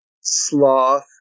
sloth